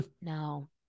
no